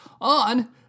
on